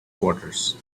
quarters